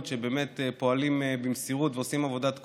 שבאמת פועלים במסירות ועושים עבודת קודש,